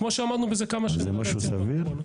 זה משהו סביר,